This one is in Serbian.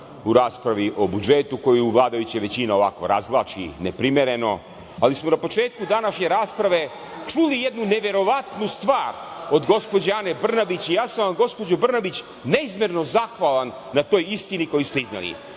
u raspravi o budžetu koju vladajuća većina ovako razvlači, neprimereno, ali smo na početku današnje rasprave čuli jednu neverovatnu stvar od gospođe Ane Brnabić i ja sam vam gospođo Brnabić neizmerno zahvalan na toj istini koju ste izneli.